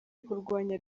kurwanya